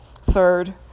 third